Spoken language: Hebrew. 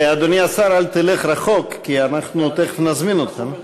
אדוני השר, אל תלך רחוק כי אנחנו תכף נזמין אותך.